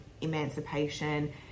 emancipation